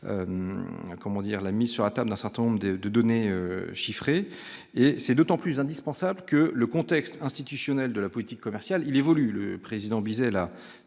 la mise sur la table un certain nombre de données chiffrées et c'est d'autant plus indispensable que le contexte institutionnel de la politique commerciale, il évolue le président Bizet là